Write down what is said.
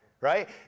right